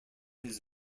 his